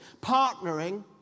partnering